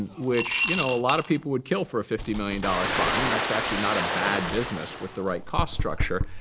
and which you know a lot of people would kill for a fifty million dollars fund. that's actually not a bad business with the right cost structure.